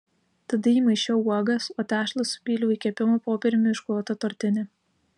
tada įmaišiau uogas o tešlą supyliau į kepimo popieriumi išklotą tortinę